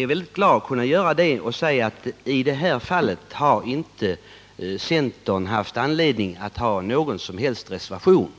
jag väldigt glad över att också kunna säga att den här gången har centern inte haft anledning att anföra någon som helst reservation.